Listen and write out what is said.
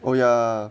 oh ya